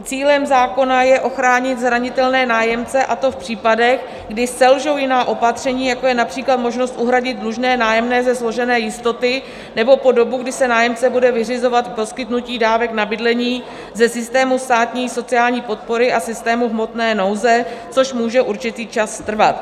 Cílem zákona je ochránit zranitelné nájemce, a to v případech, kdy selžou jiná opatření, jako je například možnost uhradit dlužné nájemné ze složené jistoty, nebo po dobu, kdy si nájemce bude vyřizovat poskytnutí dávek na bydlení ze systému státní sociální podpory a systému hmotné nouze, což může určitý čas trvat.